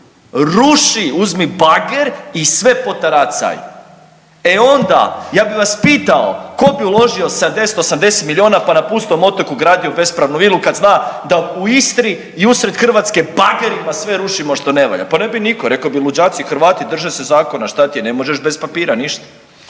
ruši uzmi bager i sve potaracaj, e onda ja bi vas pitao tko bi uložio 70, 80 milijona pa na pustom otoku gradio bespravnu vilu kad zna da u Istri i usred Hrvatske bagerima sve rušimo što ne valja. Pa ne bi nitko, rekli bi luđaci, hrvati drže se zakona, što ti je ne možeš bez papira, ništa.